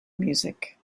music